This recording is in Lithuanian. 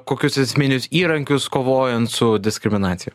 kokius esminius įrankius kovojant su diskriminacija